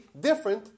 different